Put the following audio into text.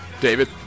david